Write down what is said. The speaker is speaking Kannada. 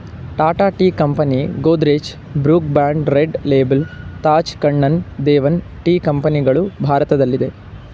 Tata tea company, Godrej, Brooke Bond Red Label, Taj Kannan Devan tea ಕಂಪನಿಗಳು ಭಾರತದಲ್ಲಿದೆ